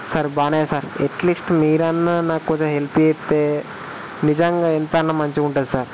sir బానయ్య sir at least మీరన్న నాకు కొంచం హెల్ప్ చేస్తే నిజంగా ఇంతన్నా మంచిగా ఉంటుంది సార్